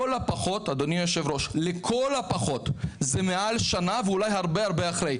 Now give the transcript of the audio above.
אדוני היו"ר לכל הפחות זה מעל שנה ואולי הרבה הרבה יותר,